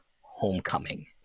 Homecoming